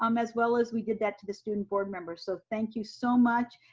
um as well as we did that to the student board members. so thank you so much.